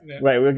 Wait